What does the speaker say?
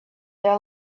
their